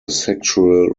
sexual